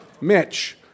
Mitch